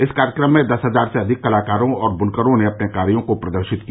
इस कार्यक्रम में दस हजार से अधिक कलाकारों और बुनकरों ने अपने कार्यो को प्रदर्शित किया